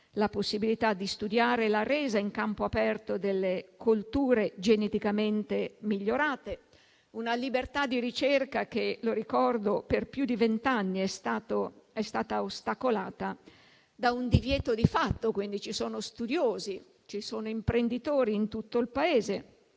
la possibilità di studiare la resa in campo aperto delle colture geneticamente migliorate; una libertà di ricerca che - lo ricordo - per più di vent'anni è stata ostacolata da un divieto di fatto. Ci sono studiosi, ci sono imprenditori in tutto il Paese